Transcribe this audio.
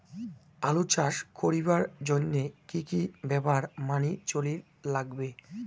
আলু চাষ করিবার জইন্যে কি কি ব্যাপার মানি চলির লাগবে?